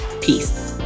Peace